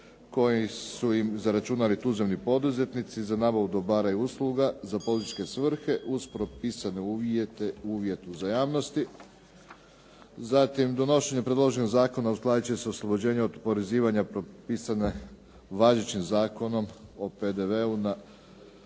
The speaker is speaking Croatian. koji su im zaračunali tuzemni poduzetnici za nabavu dobara i usluga za … /Govornik se ne razumije./ … svrhe uz propisane uvjete, uvjet uzajamnosti. Zatim donošenje predloženog zakona uskladit će se oslobođenje od oporezivanja propisane važećim Zakonom o PDV-u